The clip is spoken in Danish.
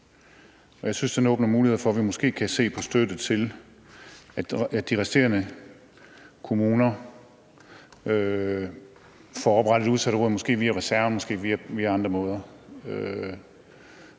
Jeg synes, at den åbner muligheder for, at vi måske kan se på støtte til, at de resterende kommuner får oprettet udsatteråd, måske via reserven, måske på andre måder.